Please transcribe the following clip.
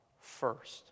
first